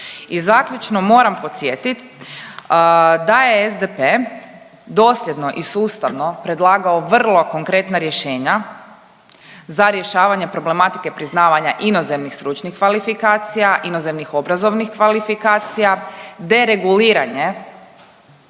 I zaključno moram podsjetiti da je SDP dosljedno i sustavno predlagao vrlo konkretna rješenja za rješavanje problematike priznavanja inozemnih stručnih kvalifikacija, inozemnih obrazovnih kvalifikacija, dereguliranje